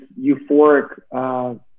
euphoric